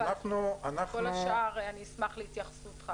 אבל כל השאר אני אשמח להתייחסותך.